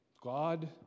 God